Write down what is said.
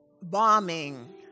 bombing